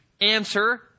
answer